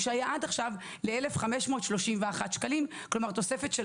כפי שהיה עד עכשיו ל-1,531 ₪ כלומר תוספת של